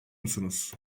musunuz